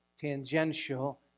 tangential